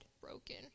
broken